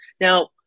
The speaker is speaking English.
Now